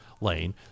lane